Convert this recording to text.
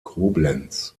koblenz